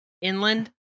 Inland